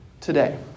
today